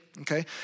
okay